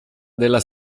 della